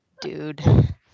Dude